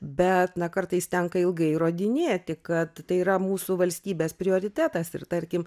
bet na kartais tenka ilgai įrodynėti kad tai yra mūsų valstybės prioritetas ir tarkim